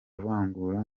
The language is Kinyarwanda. vangura